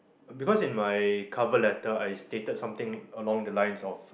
because in my cover letter I stated something along the lines of